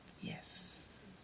Yes